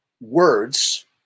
words